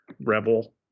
Rebel